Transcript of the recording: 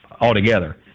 altogether